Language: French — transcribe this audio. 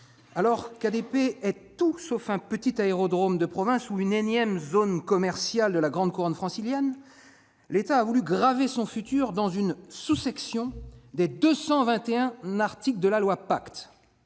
alors qu'ADP est tout sauf un petit aérodrome de province ou une énième zone commerciale de la grande couronne francilienne, l'État a voulu graver son futur dans une sous-section des 221 articles de la loi Pacte.